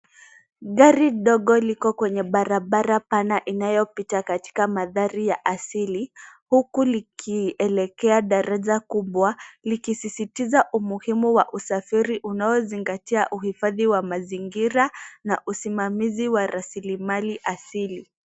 Gari dogo liko kwenye barabara pana inayopita katika mandhari ya asili. Huku likielekea daraja kubwa, likisizitiza umuhimu wa usafiri unaozingatia uhifadhi wa mazingira na usimamizi wa raslimali asili.